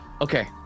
Okay